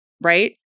right